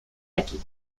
aquí